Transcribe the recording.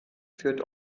führt